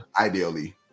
Ideally